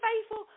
faithful